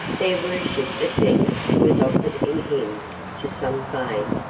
their worship at best was offered in hymns to some vague,